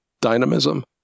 dynamism